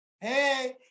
Hey